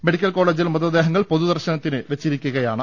medical കോളജിൽ മൃതദേഹങ്ങൾ പൊതുദർശനത്തിന് വെച്ചിരിക്കയാണ്